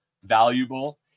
valuable